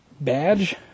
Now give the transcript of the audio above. Badge